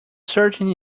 searching